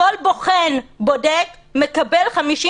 כל בוחן בודק, מקבל 59